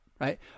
right